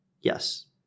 yes